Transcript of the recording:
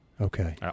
Okay